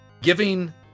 giving